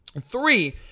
Three